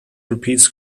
repeats